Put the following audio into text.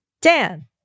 Dan